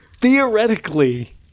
theoretically